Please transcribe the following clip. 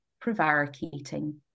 prevaricating